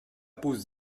pose